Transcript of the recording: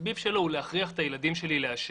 התחביב שלו הוא להכריח את הילדים שלי לעשן.